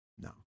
No